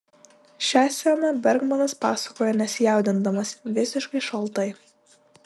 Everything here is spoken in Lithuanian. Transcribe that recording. šią sceną bergmanas pasakoja nesijaudindamas visiškai šaltai